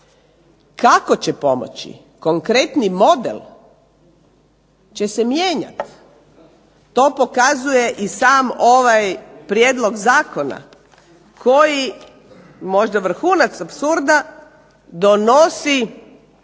Kako će pomoći? Konkretni model će se mijenjati. To pokazuje i sam ovaj prijedlog zakona koji možda vrhunac apsurda donosi